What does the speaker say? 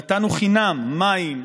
נתנו חינם מים,